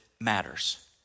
matters